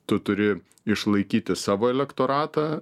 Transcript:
tu turi išlaikyti savo elektoratą